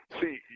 see